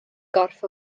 gorff